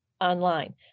online